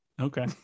Okay